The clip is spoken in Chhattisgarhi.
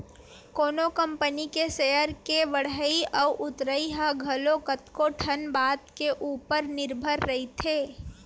कोनो कंपनी के सेयर के बड़हई अउ उतरई ह घलो कतको ठन बात के ऊपर निरभर रहिथे